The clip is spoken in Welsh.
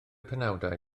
penawdau